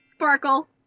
Sparkle